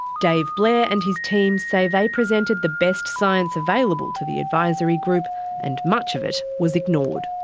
dave blair and his team say they presented the best science available to the advisory group and much of it was ignored.